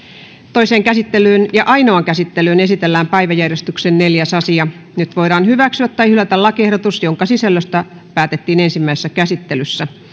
toiseen käsittelyyn ja ainoaan käsittelyyn esitellään päiväjärjestyksen neljäs asia nyt voidaan hyväksyä tai hylätä lakiehdotus jonka sisällöstä päätettiin ensimmäisessä käsittelyssä